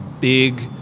big